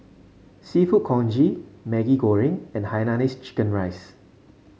seafood Congee Maggi Goreng and Hainanese Chicken Rice